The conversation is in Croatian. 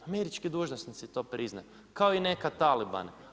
Američki dužnosnici to priznaju kao i nekad talibane.